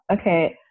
okay